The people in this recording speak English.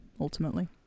ultimately